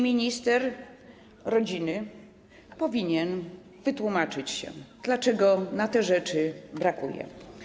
Minister rodziny powinien wytłumaczyć się, dlaczego na te rzeczy brakuje.